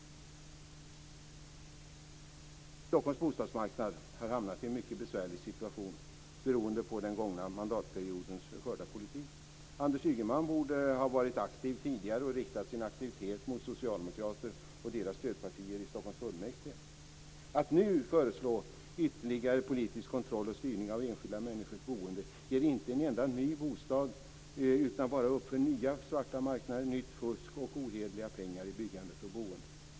Stockholms bostadsmarknad har hamnat i en mycket besvärlig situation beroende på den gångna mandatperiodens förda politik. Anders Ygeman borde ha varit aktiv tidigare och riktat sin aktivitet mot Socialdemokraterna och deras stödpartier i Stockholms fullmäktige. Att nu föreslå ytterligare politisk kontroll och styrning av enskilda människors boende ger inte en enda ny bostad, utan öppnar bara nya svarta marknader, nytt fusk och "ohederliga pengar" i byggandet och boendet.